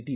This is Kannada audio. ಟಿ